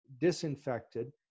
disinfected